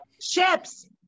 Ships